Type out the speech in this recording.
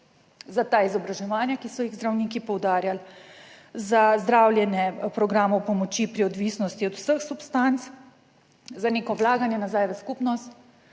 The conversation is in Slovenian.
za ta izobraževanja, ki so jih zdravniki poudarjali, za zdravljenje, programov pomoči pri odvisnosti od vseh substanc, za neko vlaganje nazaj v skupnost,